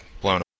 blown